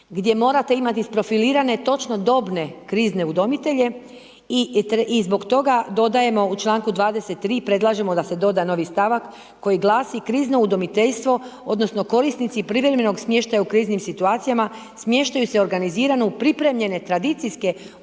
gdje morate imati isprofilirane točno dobne krizne udomitelje i zbog toga dodajemo u čl. 23, predlažemo da se doda novi stavak koji glasi, krizno udomiteljstvo odnosno korisnici privremenog smještaja u kriznim situacijama smještaju se organizirano u pripremljene tradicijske